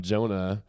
Jonah